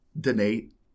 donate